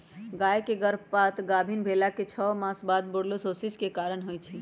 गाय के गर्भपात गाभिन् भेलाके छओ मास बाद बूर्सोलोसिस के कारण होइ छइ